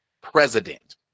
president